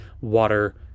water